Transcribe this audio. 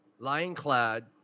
Lionclad